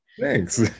thanks